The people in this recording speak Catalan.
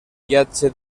viatge